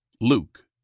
Luke